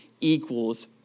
equals